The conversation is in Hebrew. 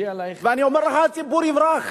ואני אומר לך, הציבור יברח.